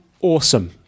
awesome